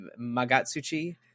Magatsuchi